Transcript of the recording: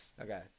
okay